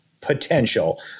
potential